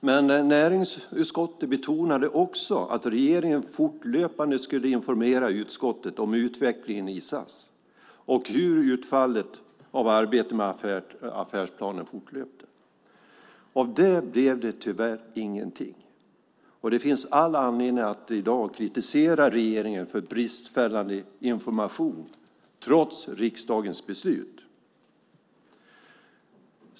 Men näringsutskottet betonade också att regeringen fortlöpande skulle informera utskottet om utvecklingen i SAS och om utfallet av det fortlöpande arbetet med affärsplanen. Av detta blev det tyvärr ingenting. Det finns all anledning att i dag kritisera regeringen för bristfällig information trots riksdagens beslut.